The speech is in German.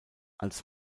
als